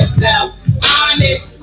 Honest